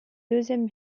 deuxième